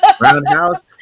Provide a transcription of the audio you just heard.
Roundhouse